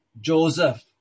Joseph